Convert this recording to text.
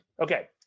Okay